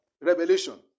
Revelation